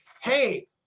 Hey